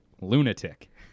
lunatic